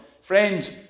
Friends